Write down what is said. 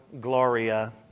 Gloria